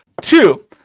Two